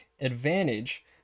advantage